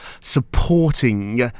supporting